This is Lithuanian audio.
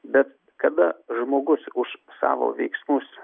bet kada žmogus už savo veiksmus